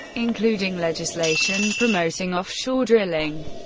including legislation promoting offshore drilling.